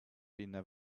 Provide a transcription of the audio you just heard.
never